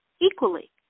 equally